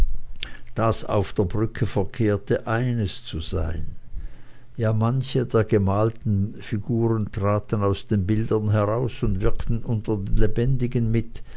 das auf der brücke verkehrte eines zu sein ja manche der gemalten figuren traten aus den bildern heraus und wirkten unter den lebendigen mit